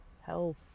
health